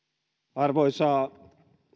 arvoisa